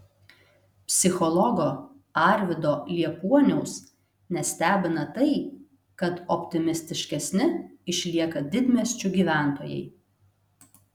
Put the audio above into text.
psichologo arvydo liepuoniaus nestebina tai kad optimistiškesni išlieka didmiesčių gyventojai